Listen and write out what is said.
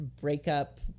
breakup